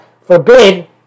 forbid